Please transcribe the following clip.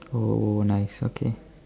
oh nice okay